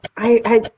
i.